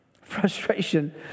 Frustration